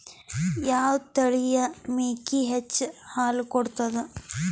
ಯಾವ ತಳಿಯ ಮೇಕಿ ಹೆಚ್ಚ ಹಾಲು ಕೊಡತದ?